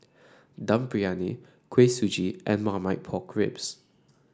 Dum Briyani Kuih Suji and Marmite Pork Ribs